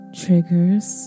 triggers